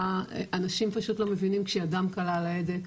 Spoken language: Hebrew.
אנשים פשוט לא מבינים כשידם קלה על ההדק,